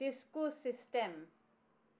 cisco system